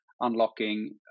unlocking